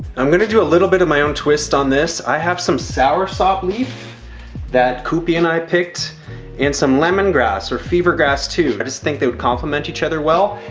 i'm gonna do a little bit of my own twist on this. i have some soursop leaf that cupi and i picked and some lemon grass or fever grass too. i just think they would compliment each other well.